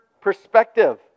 perspective